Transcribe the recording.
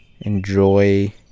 Enjoy